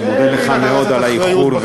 אני מודה לך מאוד על האיחור,